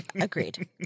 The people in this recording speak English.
Agreed